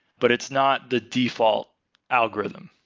but it's not the default algorithm.